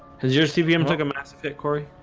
cuz you're cvm like a massive pet cory